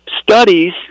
studies